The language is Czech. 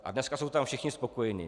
A dneska jsou tam všichni spokojeni.